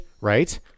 right